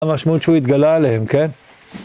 המשמעות שהוא התגלה אליהם, כן?